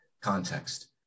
context